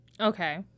Okay